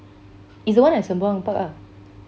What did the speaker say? it's the one at sembawang park ah